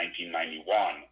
1991